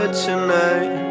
tonight